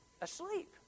asleep